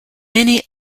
many